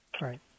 Right